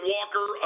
Walker